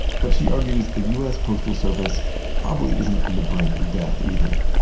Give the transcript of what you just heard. but she argues the us postal service probably isn't on the brink of death, either.